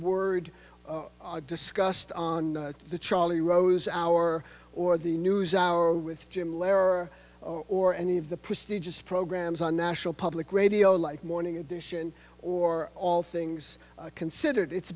word discussed on the charlie rose hour or the news hour with jim lehrer or any of the prestigious programs on national public radio like morning edition or all things considered it's